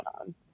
on